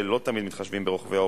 אין מתנגדים,